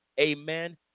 amen